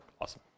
awesome